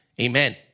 Amen